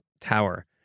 Tower